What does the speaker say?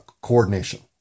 coordination